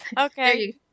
Okay